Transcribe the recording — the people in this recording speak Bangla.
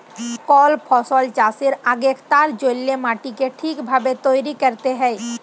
কল ফসল চাষের আগেক তার জল্যে মাটিকে ঠিক ভাবে তৈরী ক্যরতে হ্যয়